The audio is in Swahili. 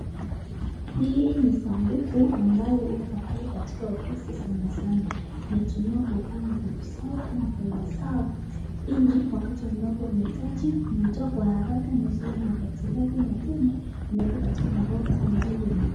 Hii ni sanduku ambayo ukua pale katika ofisi sana sana inatumika kupanga vitu zao ama faili,(cs), zao ili wakati ambapo wanaitaji unatoa kwa haraka na usiwe na nyataki zake na tena unaeka katika orodha ambalo linaafaa.